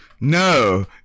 No